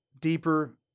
deeper